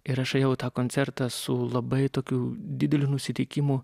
ir aš ėjau į tą koncertą su labai tokiu dideliu nusiteikimu